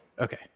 Okay